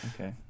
Okay